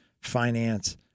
finance